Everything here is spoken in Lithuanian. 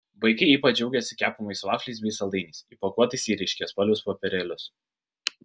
vaikai ypač džiaugėsi kepamais vafliais bei saldainiais įpakuotais į ryškiaspalvius popierėlius